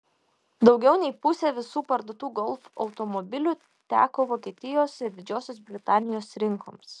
daugiau nei pusė visų parduotų golf automobilių teko vokietijos ir didžiosios britanijos rinkoms